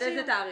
עד איזה תאריך?